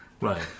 Right